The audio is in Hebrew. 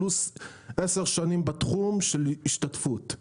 פלוס 10 שנים בתחום של השתתפות.